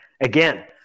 again